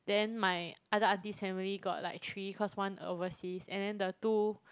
then my other aunty's family got like three cause one overseas and then the two